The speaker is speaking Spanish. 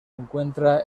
encuentra